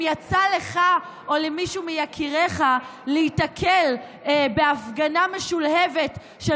יצא לך או למישהו מיקיריך להיתקל בהפגנה משולהבת של